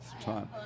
Time